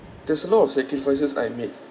there's a lot of sacrifices I made